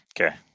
Okay